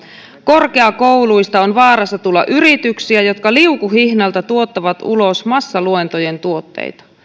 korkeakouluista on vaarassa tulla yrityksiä jotka liukuhihnalta tuottavat ulos massaluentojen tuotteita